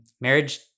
marriage